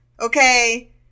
Okay